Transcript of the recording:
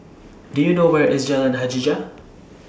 Do YOU know Where IS Jalan Hajijah